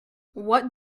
what